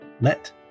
let